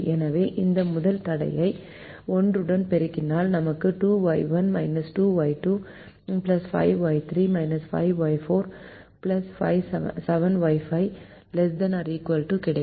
எனவே இந்த முதல் தடையை 1 உடன் பெருக்கினால் நமக்கு 2Y1 2Y2 5Y3 5Y4 7Y5 ≤ 5 கிடைக்கும்